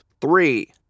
Three